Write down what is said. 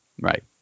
right